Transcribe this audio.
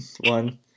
one